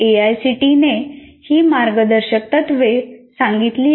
एआयसीटीईने ही मार्गदर्शक तत्त्वे सांगितली आहेत